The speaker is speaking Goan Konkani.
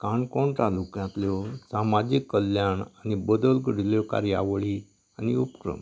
काणकोण तालुक्यांतल्यो सामाजीक कल्याण आनी बदल घडिल्ल्यो कार्यावळी आनी उपक्रम